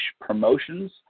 promotions